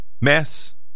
mess